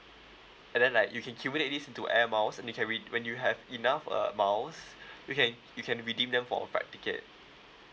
and then like you can accumulate this into air miles and you can red~ when you have enough uh miles you can you can redeem them for a flight ticket